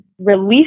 release